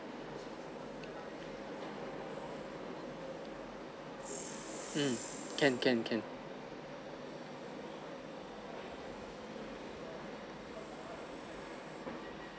um can can can